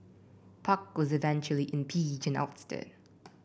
park was eventually impeached and ousted